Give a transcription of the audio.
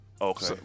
Okay